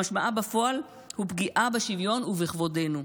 שמשמעה בפועל הוא פגיעה בשוויון ובכבודנו.